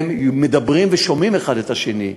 והם מדברים ושומעים אחד את השני.